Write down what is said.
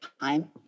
time